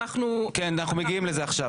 כן, אנחנו מגיעים לזה עכשיו.